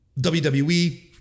WWE